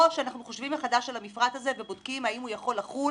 או שאנחנו חושבים מחדש על המפרט הזה ובודקים האם הוא יכול לחול